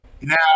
Now